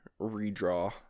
redraw